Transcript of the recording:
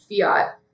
fiat